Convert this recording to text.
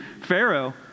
Pharaoh